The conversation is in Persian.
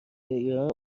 ایران